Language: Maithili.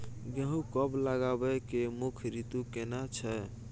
गेहूं कब लगाबै के मुख्य रीतु केना छै?